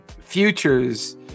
futures